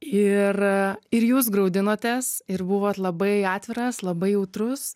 ir ir jūs graudinotės ir buvot labai atviras labai jautrus